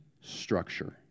structure